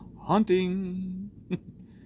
Hunting